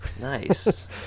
nice